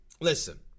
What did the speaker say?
listen